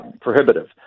prohibitive